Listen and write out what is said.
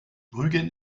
rügen